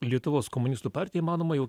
lietuvos komunistų partijai manoma jau